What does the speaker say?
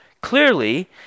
Clearly